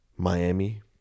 Miami